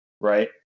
right